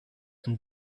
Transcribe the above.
and